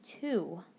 two